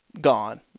gone